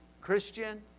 christian